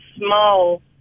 small